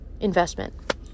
investment